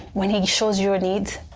when he shows you a need,